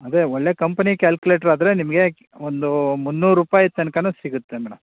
ಅದೇ ಒಳ್ಳೆಯ ಕಂಪ್ನಿ ಕ್ಯಾಲ್ಕ್ಯುಲೇಟ್ರಾದರೆ ನಿಮಗೆ ಒಂದು ಮುನ್ನೂರು ರೂಪಾಯಿ ತನಕನೂ ಸಿಗುತ್ತೆ ಮೇಡಮ್